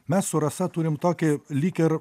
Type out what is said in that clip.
mes su rasa turim tokį lyg ir